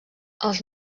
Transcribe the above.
els